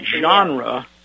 genre